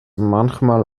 manchmal